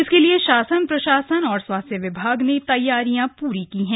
इसके लिए शासन प्रशासन और स्वास्थ्य विभाग ने तैयारी पूरी की हैं